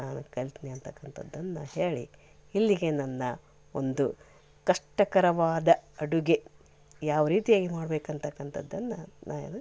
ನಾನು ಕಲ್ತೀನಿ ಅಂತಕ್ಕಂಥದ್ದನ್ನ ಹೇಳಿ ಇಲ್ಲಿಗೆ ನನ್ನ ಒಂದು ಕಷ್ಟಕರವಾದ ಅಡುಗೆ ಯಾವ ರೀತಿಯಾಗಿ ಮಾಡ್ಬೇಕು ಅಂತಕ್ಕಂಥದ್ದನ್ನ ನಾನು